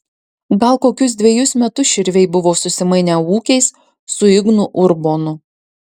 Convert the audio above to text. gal kokius dvejus metus širviai buvo susimainę ūkiais su ignu urbonu